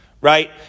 right